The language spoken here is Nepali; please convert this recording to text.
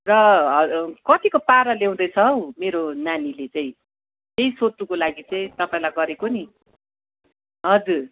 र हो कतिको पारा ल्याउँदैछ हौ मेरो नानीले चाहिँ त्यही सोध्नुको लागि चाहिँ तपाईँलाई गरेको नि हजुर